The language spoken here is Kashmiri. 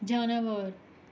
جاناوار